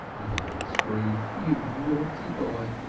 with a little scream you naughty boy!